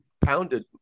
pounded